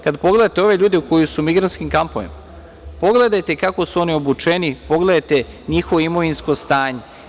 Kada pogledate ove ljude koji su u migrantskim kampovima, pogledajte kako su oni obučeni, pogledajte njihovo imovinsko stanje.